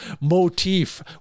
motif